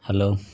hello